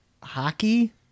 hockey